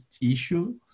issue